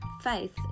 faith